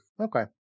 Okay